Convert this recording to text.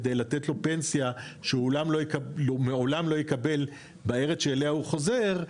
כדי לתת לו פנסיה שהוא מעולם לא יקבל בארץ שאליה הוא חוזר,